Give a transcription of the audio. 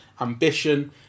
ambition